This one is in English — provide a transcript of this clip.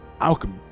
alchemy